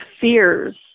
fears